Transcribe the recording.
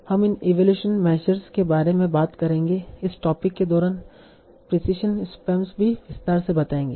हम इन evaluation measures के बारे में बात करेंगे इस टोपिक के दौरान प्रिसिशन स्पैम्स भी विस्तार से बताएंगे